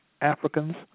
africans